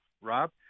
Rob